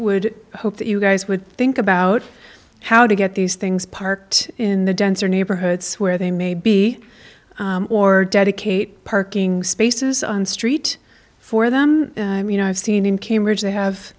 would hope that you guys would think about how to get these things parked in the denser neighborhoods where they may be or dedicate parking spaces on the street for them you know i've seen in cambridge they have